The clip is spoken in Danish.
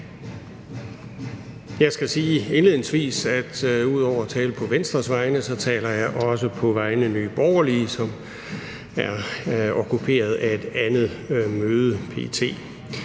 Jeg skal indledningsvis sige, at jeg ud over at tale på Venstres vegne taler på vegne af Nye Borgerlige, som er optaget af et andet møde p.t.